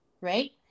right